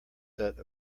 set